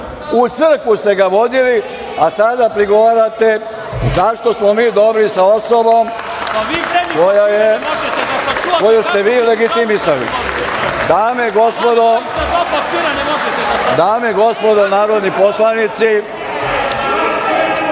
u crkvu ste ga vodili, a sada prigovarate zašto smo mi dobri sa osobom koju ste vi legitimisali. Dame i gospodo narodni poslanici,